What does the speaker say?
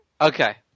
Okay